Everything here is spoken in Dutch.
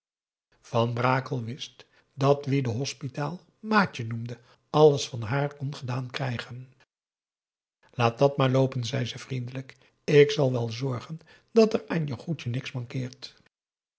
van brakel wist dat wie de hospita maatje noemde alles van haar kon gedaan krijgen laat dat maar loopen zei ze vriendelijk ik zal wel zorgen dat er aan je goedje niks mankeert